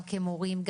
גם כמורים,